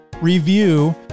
review